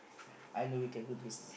I know we can do this